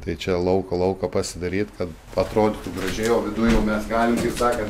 tai čia lauko lauką pasidaryt kad atrodytų gražiai o viduj jau mes galim kaip sakan